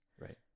Right